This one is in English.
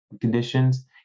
conditions